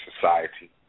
society